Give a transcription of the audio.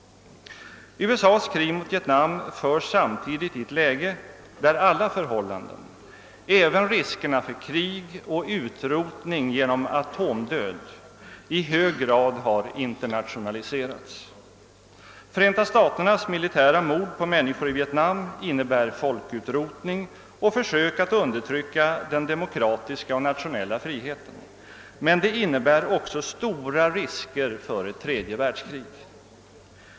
USA:s krig mot Vietnam förs samtidigt i ett läge där alla förhållanden — även risken för krig och utrotning genom atomdöd — i hög grad har internationaliserats. Förenta staternas militära mord på människor i Vietnam innebär folkutrotning och försök att undertrycka demokratisk och nationell frihet, men de innebär också stor risk för ett tredje världskrig.